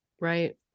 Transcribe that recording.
Right